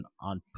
on